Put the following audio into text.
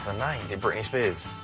her name. is it britney spears?